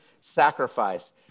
sacrifice